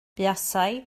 buasai